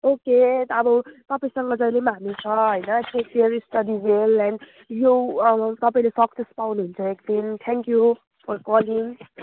okay अब तपाईँसँग जहिले पनि हामी छ होइन keep your study well and यो तपाईँले सक्सेस पाउनुहुन्छ टिल थ्याङ्क्यु फर कलिङ